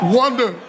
wonder